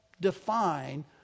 define